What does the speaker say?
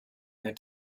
their